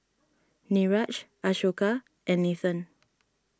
Niraj Ashoka and Nathan